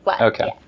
Okay